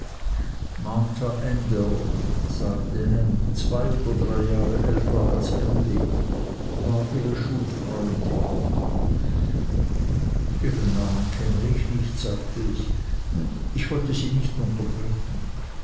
sagte ham zwei oder drei jahre älter als emly war ihre schulfreundin ihren namen kenne ich nicht sagte ich ich wollte sie nicht unterbrechen